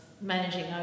managing